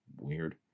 Weird